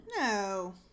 No